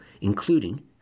including